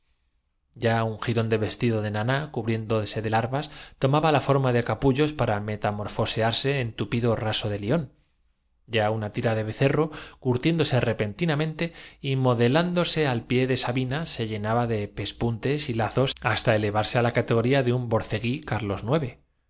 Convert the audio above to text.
ya un girón del vestido de naná cubrién no haga usted caso de eso dose de larvas tomaba la forma de capullos para pero si esta monedarepuso el políglotaprocede de un marroquí cómo no estando sometida á la inal metamorfosearse en tupido raso de lión ya una tira de becerro curtiéndose repentinamente y mode terabilidad subsiste todavía debería haberse descom lándose al pié de sabina se llenaba de pespuntes y puesto toda vez que viajamos hacia atrás lazos hasta elevarse á la categoría de un borceguí acaso sea